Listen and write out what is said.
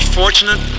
fortunate